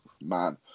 man